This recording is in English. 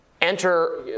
enter